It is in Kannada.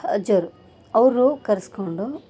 ಅಜ್ಜೋರು ಅವರು ಕರೆಸ್ಕೊಂಡು